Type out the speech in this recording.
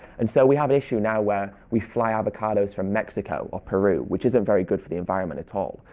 and so we have an issue now where we fly avocados from mexico or peru which isn't very good for the environment at all.